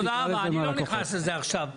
תודה, אני לא נכנס לזה עכשיו.